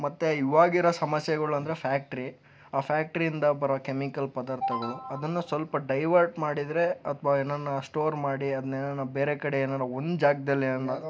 ಮತ್ತೆ ಇವಾಗಿರೋ ಸಮಸ್ಯೆಗಳು ಅಂದರೆ ಫ್ಯಾಕ್ಟ್ರಿ ಆ ಫ್ಯಾಕ್ಟ್ರಿಯಿಂದ ಬರೋ ಕೆಮಿಕಲ್ ಪದಾರ್ಥಗಳು ಅದನ್ನು ಸ್ವಲ್ಪ ಡೈವರ್ಟ್ ಮಾಡಿದರೆ ಅಥವಾ ಏನನ್ನು ಸ್ಟೋರ್ ಮಾಡಿ ಅದ್ನೇನನ ಬೇರೆ ಕಡೆ ಏನೇನೊ ಒಂದು ಜಾಗ್ದಲ್ಲಿ